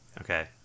Okay